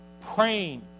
praying